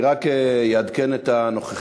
אני רק אעדכן את הנוכחים,